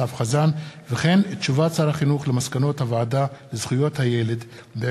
יוסי יונה ואיימן עודה בנושא: גזענות בבית-ספר,